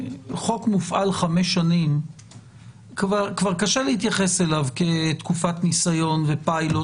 שכשחוק מופעל 5 שנים כבר קשה להתייחס אליו כתקופת ניסיון ופיילוט.